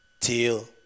till